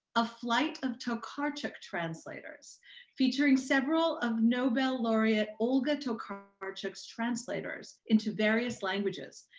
a flight of tokarczuk's translators featuring several of nobel laureate olga tokarczuk's translators into various languages,